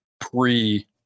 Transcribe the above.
pre